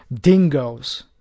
dingoes